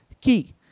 key